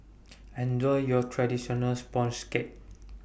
Enjoy your Traditional Sponge Cake